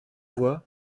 voies